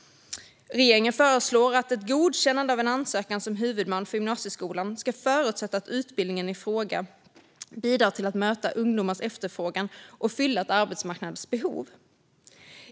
Regeringen föreslår att ett godkännande av en ansökan om att bli huvudman för gymnasieskolan ska förutsätta att utbildningen i fråga bidrar till att möta ungdomars efterfrågan och fylla ett arbetsmarknadsbehov.